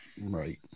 Right